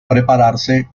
prepararse